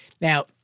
Now